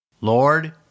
Lord